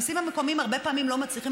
המיסים המקומיים הרבה פעמים לא מצליחים